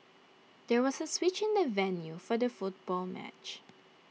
there was A switch in the venue for the football match